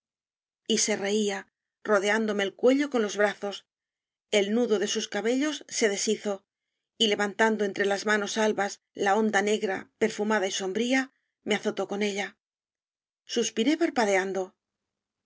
se reía rodeándome el cuello con los brazos el nudo de sus cabellos se deshizo y levantando entre las manos albas la onda negra perfumada y sombría me azotó con ella suspiré parpadeando